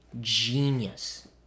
genius